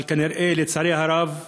אבל, לצערי הרב,